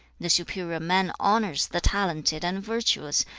the superior man honours the talented and virtuous,